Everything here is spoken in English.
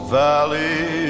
valley